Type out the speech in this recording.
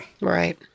right